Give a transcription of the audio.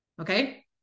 okay